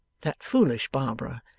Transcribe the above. that foolish barbara,